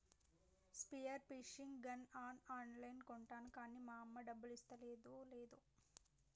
spear fishing gun ఆన్ లైన్లో కొంటాను కాన్నీ అమ్మ డబ్బులిస్తాదో లేదో